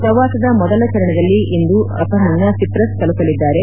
ಪ್ರವಾಸದ ಮೊದಲ ಚರಣದಲ್ಲಿ ಇಂದು ಅಪರಾಹ್ನ ಸಿಪ್ರಸ್ ತಲುಪಲಿದ್ದಾರೆ